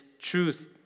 truth